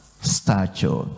Stature